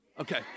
Okay